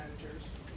managers